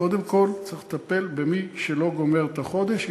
קודם כול צריך לטפל במי שלא גומר את החודש,